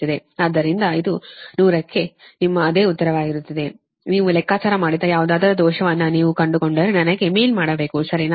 ಆದ್ದರಿಂದ ಇದು 100 ಕ್ಕೆ ನಿಮ್ಮ ಅದೇ ಉತ್ತರವಾಗಿರುತ್ತದೆ ನೀವು ಲೆಕ್ಕಾಚಾರ ಮಾಡಿದ ಯಾವುದಾದರೂ ದೋಷವನ್ನು ನೀವು ಕಂಡುಕೊಂಡರೆ ನನಗೆ ಮೇಲ್ ಮಾಡಬೇಕು ಸರಿನಾ